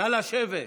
נא לשבת.